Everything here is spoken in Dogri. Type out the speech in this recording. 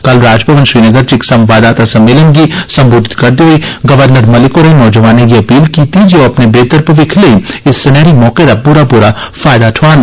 कल राजभवन श्रीनगर च इक संवाददाता सम्मेलन गी संबोधित करदे होई गवर्नर मलिक होरें नौजवानें गी अपील कीती जे ओह् अपने बेह्तर मविक्ख लेई इस सनैह्री मौके दा फायदा ठोआन